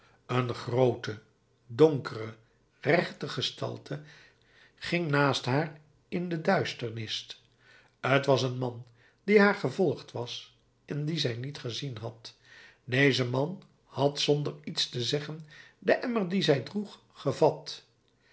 een groote donkere rechte gestalte ging naast haar in de duisternis t was een man die haar gevolgd was en dien zij niet gezien had deze man had zonder iets te zeggen den emmer dien zij droeg gevat